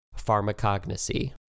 Pharmacognosy